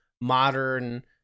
modern